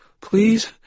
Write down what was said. Please